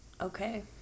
Okay